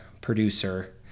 producer